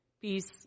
peace